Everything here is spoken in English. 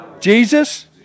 Jesus